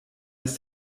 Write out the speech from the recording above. ist